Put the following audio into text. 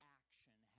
action